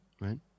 Right